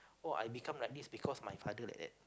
oh I become like this because my father like that